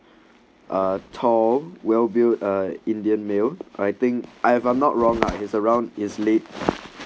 a tall well built a indian meal I think I if I'm not wrong lah he's around is late